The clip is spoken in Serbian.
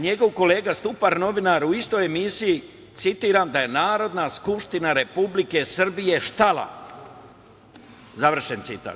Njegov kolega Stupar, novinar u istoj emisiji, citiram: „Da je Narodna skupština Republike Srbije štala“, završen citat.